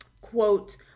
Quote